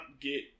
get